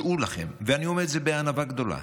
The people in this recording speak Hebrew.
דעו לכם, ואני אומר את זה בענווה גדולה,